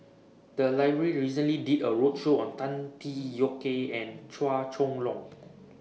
The Library recently did A roadshow on Tan Tee Yoke and Chua Chong Long